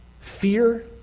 Fear